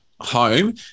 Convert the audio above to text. home